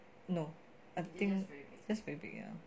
no I think just very big ya